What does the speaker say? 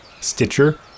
Stitcher